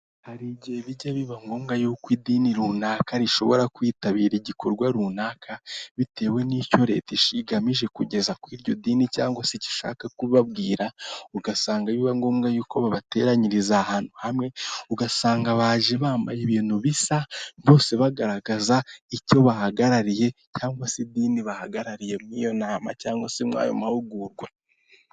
Hari igihe bijya biba ngombwa yuko uko idini runaka rishobora kwitabira igikorwa runaka bitewe n'icyo reta (leta) igamije kugeza kuri iryo dini cyangwa se ishaka kubabwira ugasanga biba ngombwa y'uko babateranyiriza ahantu hamwe ugasanga baje bambaye ibintu bisa bose bagaragaza icyo bahagarariye cyangwa se idini bahagarariye muri iyo nama cyangwa se muri ayo mahugurwa.